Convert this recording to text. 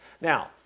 Now